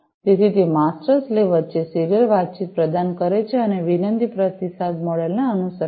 તેથી તે master slave master slave વચ્ચે સીરીયલ વાતચીત પ્રદાન કરે છે અને વિનંતી પ્રતિસાદ મોડેલને અનુસરે છે